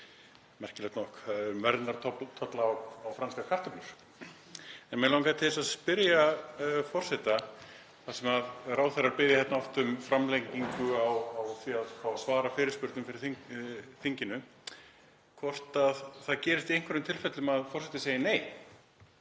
merkilegt nokk, um verndartolla á franskar kartöflur. Mig langar að spyrja forseta, þar sem ráðherrar biðja oft um framlengingu á því að svara fyrirspurnum frá þinginu, hvort það gerist í einhverjum tilfellum að forseti segi nei